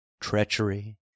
treachery